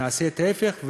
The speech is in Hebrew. נעשה את ההפך,